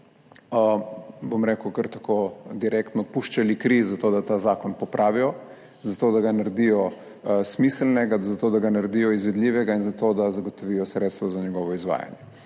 bom rekel, kar tako direktno puščali kri za to, da ta zakon popravijo, zato da ga naredijo smiselnega, zato da ga naredijo izvedljivega in zato, da zagotovijo sredstva za njegovo izvajanje.